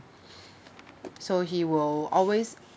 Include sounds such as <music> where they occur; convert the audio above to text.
<breath> so he will always